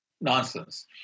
Nonsense